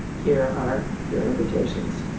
here are your invitations.